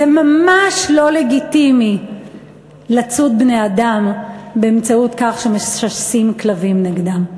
זה ממש לא לגיטימי לצוד בני-אדם באמצעות כלבים שמשסים אותם נגדם.